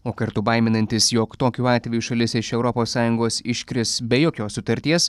o kartu baiminantis jog tokiu atveju šalis iš europos sąjungos iškris be jokios sutarties